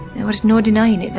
there was no denying